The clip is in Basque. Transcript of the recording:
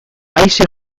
aise